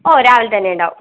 ഓ രാവിലെ തന്നെ ഇണ്ടാവും